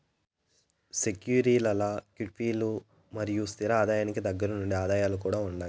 సెక్యూరీల్ల క్విటీలు మరియు స్తిర ఆదాయానికి దగ్గరగుండే ఆదాయాలు కూడా ఉండాయి